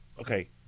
okay